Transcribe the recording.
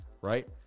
right